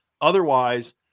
Otherwise